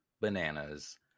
bananas